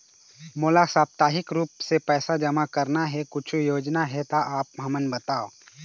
मोला साप्ताहिक रूप से पैसा जमा करना हे, कुछू योजना हे त आप हमन बताव?